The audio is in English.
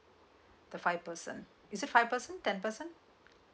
the five percent is it five percent ten percent